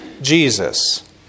Jesus